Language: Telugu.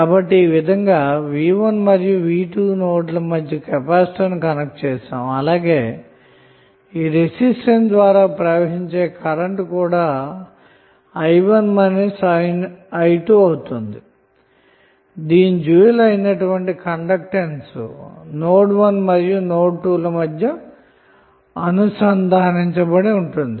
కాబట్టి ఈ విధంగా నోడ్ v1 మరియు నోడ్ v2 ల మధ్య కెపాసిటర్ను కనెక్ట్ చేసాము అలాగే ఈ రెసిస్టన్స్ ద్వారా ప్రవహించే కరెంటు కూడా i1 మైనస్ i2 అవుతుంది దీని డ్యూయల్ అయినటువంటి కండెక్టన్స్ నోడ్ 1 మరియు నోడ్ 2 ల మధ్య అనుసంధానించబడి ఉంటుంది